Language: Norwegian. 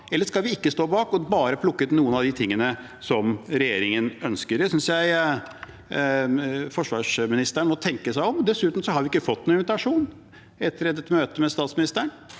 Eller skal vi ikke stå bak, og skal han bare plukke ut noen av de tingene som regjeringen ønsker? Der synes jeg forsvarsministeren må tenke seg om. Dessuten har vi ikke fått noen invitasjon etter dette møtet med statsministeren.